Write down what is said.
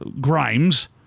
Grimes